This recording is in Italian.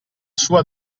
sua